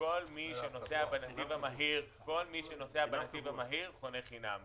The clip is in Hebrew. כל מי שנוסע בנתיב המהיר חונה חינם.